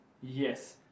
Yes